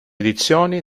edizioni